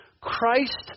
Christ